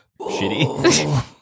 shitty